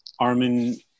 Armin